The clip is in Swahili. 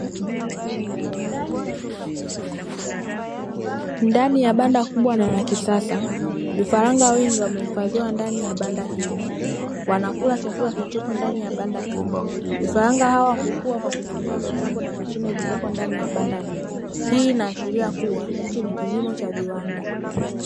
Ndani ya banda kubwa na la kisasa, vifaranga wengi wamehifadhiwa ndani ya banda hilo, wanakula chakula kilichopo ndani ya banda hilo. Vifaranga hawa hukua kwa kutumia mitambo na mashine zilizopo ndani ya banda hilo, hii inaashiria kuwa hiki ni kilimo cha viwanda.